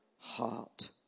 heart